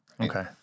Okay